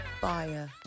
fire